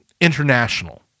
international